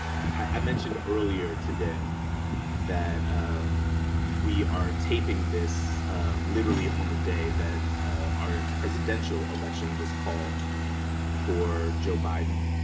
i mentioned earlier today that we are taping this literally on the day that our presidential election was called for joe biden.